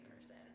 person